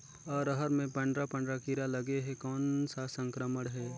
अरहर मे पंडरा पंडरा कीरा लगे हे कौन सा संक्रमण हे?